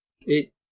it-